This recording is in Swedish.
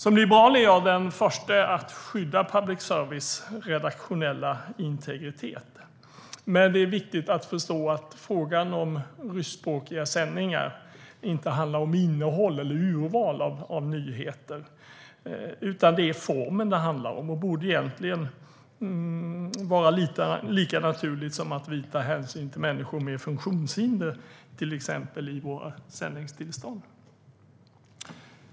Som liberal är jag den förste att skydda public services redaktionella integritet, men det är viktigt att förstå att frågan om ryskspråkiga sändningar inte handlar om innehåll eller urval av nyheter. Det är i stället formen det handlar om, och det borde egentligen vara lika naturligt som att vi tar hänsyn till exempelvis människor med funktionshinder i våra sändningstillstånd.